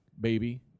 baby